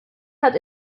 hat